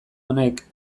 honek